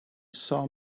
saw